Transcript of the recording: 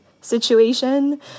situation